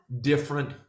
different